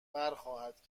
برخواهد